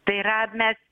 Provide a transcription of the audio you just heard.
tai yra mes